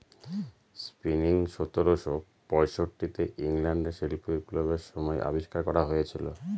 spinning সতেরোশো পয়ষট্টি তে ইংল্যান্ডে শিল্প বিপ্লবের সময় আবিষ্কার করা হয়েছিল